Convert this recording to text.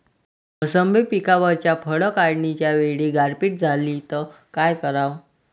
मोसंबी पिकावरच्या फळं काढनीच्या वेळी गारपीट झाली त काय कराव?